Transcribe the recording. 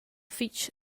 fich